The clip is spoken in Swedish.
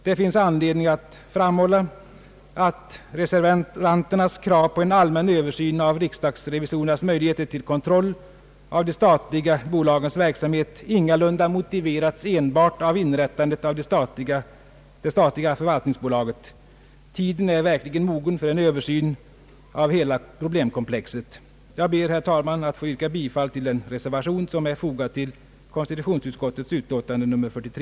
Det finns anledning framhålla att reservanternas krav på en allmän översyn av riksdagsrevisorernas möjligheter till kontroll av de statliga bolagens verksamhet ingalunda motiveras enbart av inrättandet av det statliga förvaltningsbolaget. Tiden är verkligen mogen för en översyn av hela problemkomplexet. Jag ber, herr talman, att få yrka bifall till den reservation som är fogad till konstitutionsutskottets utlåtande 43.